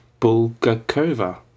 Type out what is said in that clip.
Bulgakova